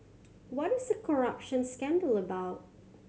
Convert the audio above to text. what is the corruption scandal about